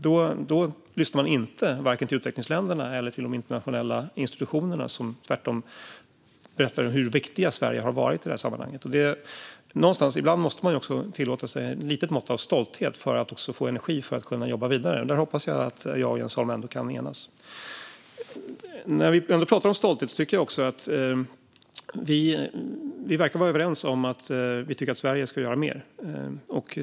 Då lyssnar man inte, varken till utvecklingsländerna eller till de internationella institutionerna som tvärtom berättar hur viktigt Sverige har varit i det här sammanhanget. Ibland måste man tillåta sig ett litet mått av stolthet för att få energi för att kunna jobba vidare. Där hoppas jag att jag och Jens Holm ändå kan enas. När vi ändå pratar om stolthet vill jag säga att jag tycker att vi verkar vara överens om att vi tycker att Sverige ska göra mer.